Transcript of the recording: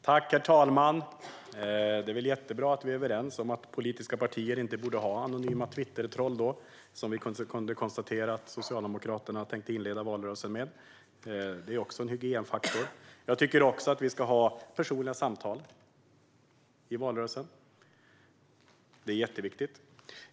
Herr talman! Det är väl jättebra att vi är överens om att politiska partier inte borde ha anonyma Twittertroll, som vi kunde konstatera att Socialdemokraterna tänkte inleda valrörelsen med. Det är också en hygienfaktor. Även jag tycker att vi ska ha personliga samtal i valrörelsen. Det är jätteviktigt.